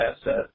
asset